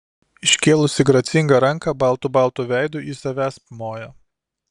iškėlusi gracingą ranką baltu baltu veidu ji savęsp mojo